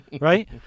right